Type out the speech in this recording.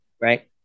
right